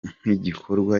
nk’igikorwa